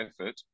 effort